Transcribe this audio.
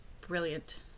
brilliant